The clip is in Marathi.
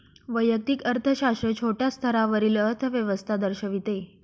वैयक्तिक अर्थशास्त्र छोट्या स्तरावरील अर्थव्यवस्था दर्शविते